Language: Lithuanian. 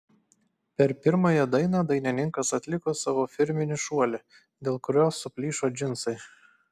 per pirmąją dainą dainininkas atliko savo firminį šuolį dėl kurio suplyšo džinsai